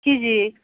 केजि